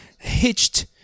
Hitched